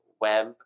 web